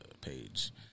page